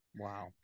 Wow